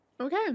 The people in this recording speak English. Okay